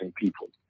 people